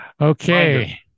Okay